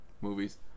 movies